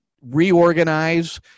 reorganize